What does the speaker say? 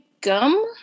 gum